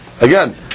Again